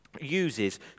uses